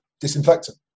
disinfectant